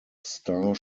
star